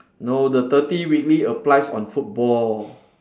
no the thirty weekly applies on football